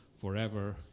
forever